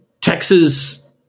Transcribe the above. Texas